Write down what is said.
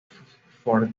for